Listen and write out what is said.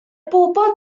bobl